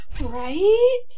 right